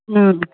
ꯎꯝ